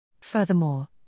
Furthermore